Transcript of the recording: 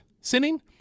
sinning